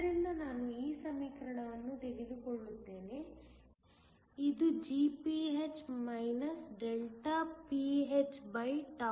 ಆದ್ದರಿಂದ ನಾನು ಈ ಸಮೀಕರಣವನ್ನು ತೆಗೆದುಕೊಳ್ಳುತ್ತೇನೆ ಇದು Gph pnn